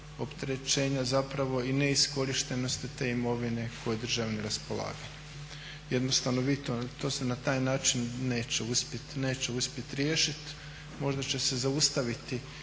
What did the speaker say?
opterećenja i neiskorištenosti te imovine koja je državi na raspolaganju. Jednostavno to se na taj način neće uspjeti riješiti. Možda će zaustaviti